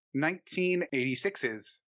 1986's